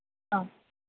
ஆ